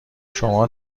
شما